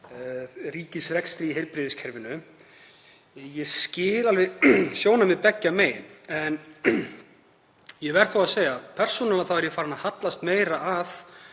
ríkisrekstri í heilbrigðiskerfinu. Ég skil alveg sjónarmið beggja megin en verð þó að segja að persónulega er ég farinn að hallast meira að